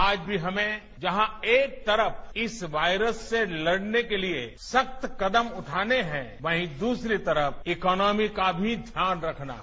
आज भी हमें जहां एक तरफ इस वायरस से लड़ने के लिए सख्त कदम उठाने हैं वहीं दूसरी तरफ इकॉनोमी का भी ध्यान रखना है